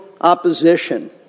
opposition